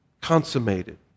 consummated